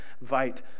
invite